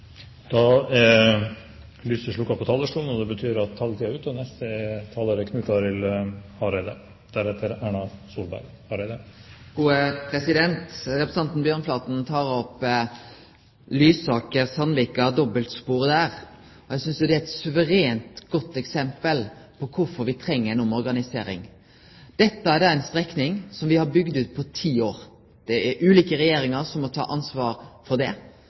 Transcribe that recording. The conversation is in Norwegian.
er lyset sluknet på talerstolen, og det betyr at taletiden er ute! Representanten Bjørnflaten tek opp dobbeltsporet Lysaker–Sandvika. Eg synest det er eit suverent og godt eksempel på kvifor me treng ei omorganisering. Dette er ei strekning som me har bygd ut på ti år. Det er ulike regjeringar som må ta ansvaret for det.